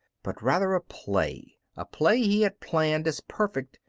but rather a play a play he had planned as perfect,